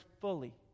fully